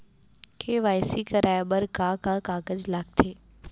KYC कराये बर का का कागज लागथे?